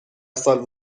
سال